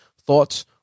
thoughts